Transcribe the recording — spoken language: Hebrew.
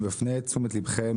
אני מפנה את תשומת לבכם